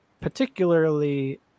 particularly